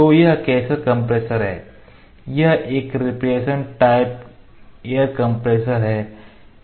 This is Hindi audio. तो यह कैसर कंप्रेसर है यह एक रेफ्रिजरेशन टाइप एयर कंप्रेसर है